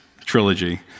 trilogy